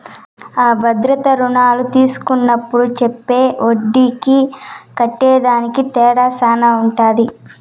అ భద్రతా రుణాలు తీస్కున్నప్పుడు చెప్పే ఒడ్డీకి కట్టేదానికి తేడా శాన ఉంటది